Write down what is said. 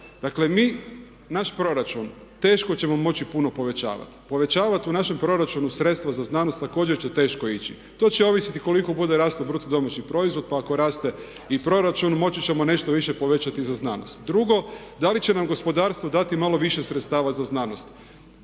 Dakle mi, naš proračun, teško ćemo moći puno povećavati. Povećavati u našem proračunu sredstva za znanost također će teško ići. To će ovisiti koliko bude rastao BDP pa ako raste i proračun moći ćemo nešto više povećati za znanost. Drugo, da li će nam gospodarstvo dati malo više sredstava za znanost?